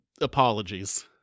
apologies